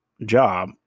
job